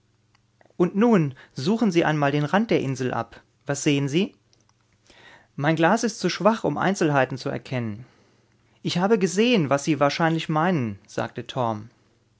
und nun suchen sie einmal den rand der insel ab was sehen sie mein glas ist zu schwach um einzelheiten zu erkennen ich habe gesehen was sie wahrscheinlich meinen sagte